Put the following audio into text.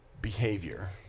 behavior